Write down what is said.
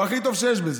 הוא הכי טוב שיש בזה.